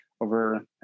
over